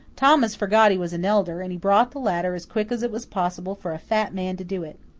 thomas forgot he was an elder, and he brought the ladder as quick as it was possible for a fat man to do it.